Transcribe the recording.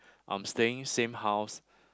I'm staying same house